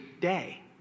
day